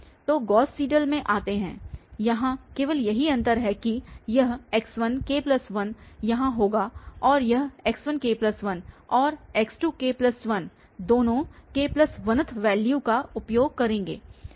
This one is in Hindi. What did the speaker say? तो गॉस सीडल में आते है यहाँ केवल यही अंतर है कि यह x1k1यहां होगा और यहx1k1 और x2k1 दोनों k1th वैल्यू का उपयोग करेंगे